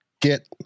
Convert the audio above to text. get